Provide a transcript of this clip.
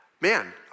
man